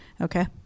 Okay